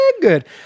good